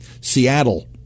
Seattle